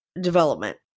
development